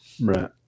Right